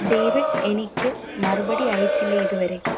David എനിക്ക് മറുപടി അയച്ചില്ലേ ഇതുവരെ